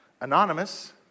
anonymous